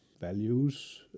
values